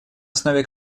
основе